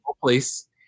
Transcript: place